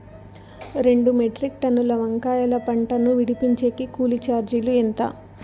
రెండు మెట్రిక్ టన్నుల వంకాయల పంట ను విడిపించేకి కూలీ చార్జీలు ఎంత?